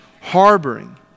harboring